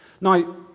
Now